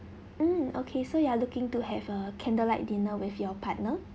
mm okay so you are looking to have a candlelight dinner with your partner